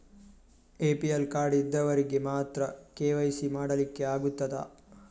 APL card ಇದ್ದವರಿಗೆ ಮಾತ್ರ KYC ಮಾಡಲಿಕ್ಕೆ ಆಗುತ್ತದಾ?